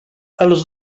els